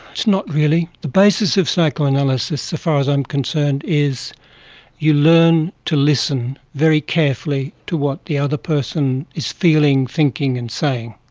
it's not really. the basis of psychoanalysis, as far as i'm concerned, is you learn to listen very carefully to what the other person is feeling, thinking and saying.